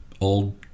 old